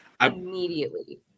Immediately